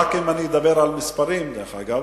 רק אם אדבר על מספרים, דרך אגב,